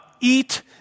eat